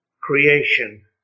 creation